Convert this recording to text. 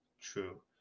True